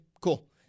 cool